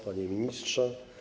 Panie Ministrze!